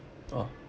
orh